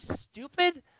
stupid